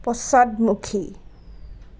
পশ্চাদমুখী